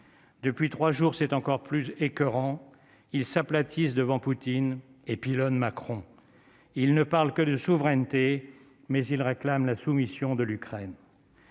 Depuis 3 jours, c'est encore plus écoeurant il s'aplatir devant Poutine et pilonne Macron il ne parle que de souveraineté, mais ils réclament la soumission de l'Ukraine.